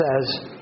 says